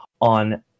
on